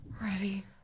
Ready